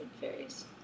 fairies